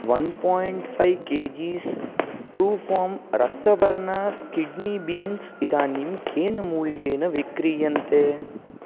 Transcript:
one point five kgs Truefarm रक्तवर्ण kidney beans इदानीं केन मूल्येन विक्रीयते